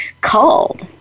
called